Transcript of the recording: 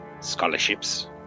scholarships